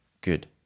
good